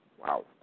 Wow